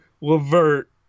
LeVert